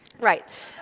Right